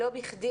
לא בכדי,